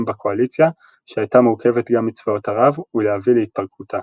ב'קואליציה' שהייתה מורכבת גם מצבאות ערב ולהביא להתפרקותה.